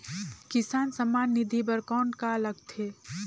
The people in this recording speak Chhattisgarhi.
किसान सम्मान निधि बर कौन का लगथे?